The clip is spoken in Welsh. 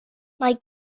mae